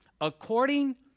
according